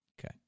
Okay